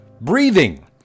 breathing